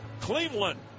Cleveland